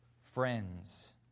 friends